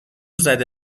زده